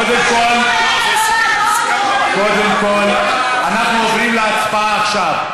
קודם כול, אנחנו עוברים להצבעה עכשיו.